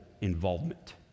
involvement